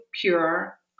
pure